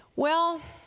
well,